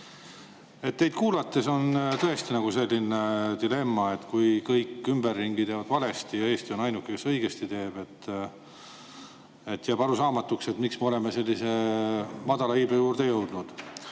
Teid kuulates on tõesti selline dilemma. Kui kõik ümberringi teevad valesti ja Eesti on ainuke, kes õigesti teeb, jääb arusaamatuks, miks me oleme sellise madala iibe juurde jõudnud.